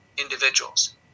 individuals